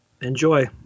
Enjoy